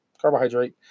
carbohydrate